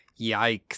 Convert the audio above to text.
Yikes